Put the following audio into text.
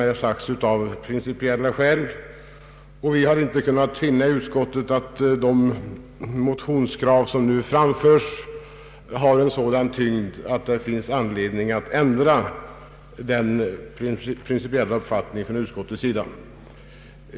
Vi har inom utskottet inte kunnat finna att de motionskrav som nu förs fram har en sådan tyngd att det finns anledning att ändra denna principiella uppfattning från utskottets sida.